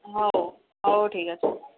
ହଉ ହଉ ଠିକ୍ ଅଛି